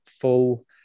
full